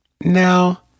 Now